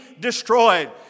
destroyed